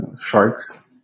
sharks